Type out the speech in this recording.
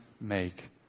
make